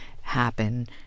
happen